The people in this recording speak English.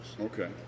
Okay